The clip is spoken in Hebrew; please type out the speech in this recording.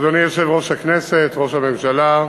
אדוני יושב-ראש הכנסת, ראש הממשלה,